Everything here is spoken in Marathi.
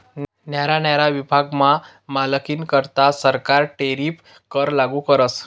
न्यारा न्यारा विभागमा मालनीकरता सरकार टैरीफ कर लागू करस